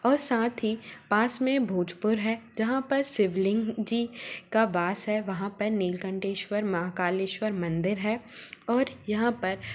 और साथ ही पास में भोजपुर है जहाँ पर शिवलिंग जी का बास है वहाँ पर नीलकंटेश्वर महाकालेश्वर मंदिर और यहाँ पर